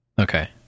Okay